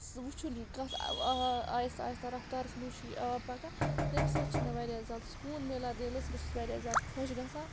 سُہ وُچھُن یہِ کَتھ آہستہٕ آہستہٕ رَفتارَس منٛز چھُ یہِ آب پَکان تَمہِ سۭتۍ چھُ مےٚ واریاہ زیادٕ سکوٗن میلان دِلَس بہٕ چھیٚس واریاہ زیادٕ خۄش گژھاں